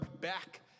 back